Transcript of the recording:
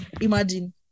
Imagine